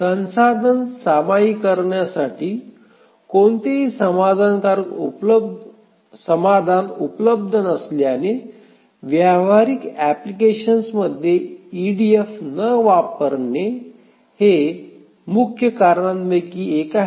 संसाधन सामायिकरणासाठी कोणताही समाधानकारक समाधान उपलब्ध नसल्याने व्यावहारिक अँप्लिकेशनमध्ये ईडीएफ न वापरणे हे मुख्य कारणांपैकी एक आहे